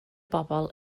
bobol